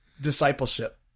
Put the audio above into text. discipleship